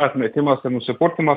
atmetimas nusipurtymas